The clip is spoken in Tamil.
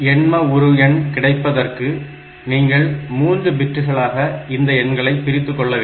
எண்ம உரு எண் கிடைப்பதற்கு நீங்கள் மூன்று பிட்களாக இந்த எண்களை பிரித்துக்கொள்ள வேண்டும்